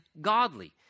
godly